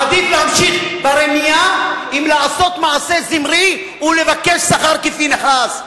עדיף להמשיך ברמייה אם לעשות מעשה זמרי ולבקש שכר כפנחס.